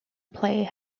play